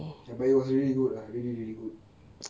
ah but I really good are really really good